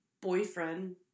boyfriend